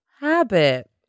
habit